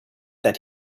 that